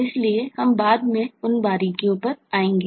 इसलिए हम बाद में उन बारीकियों पर आएंगे